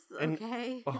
Okay